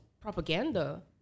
propaganda